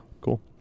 cool